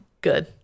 Good